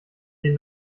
den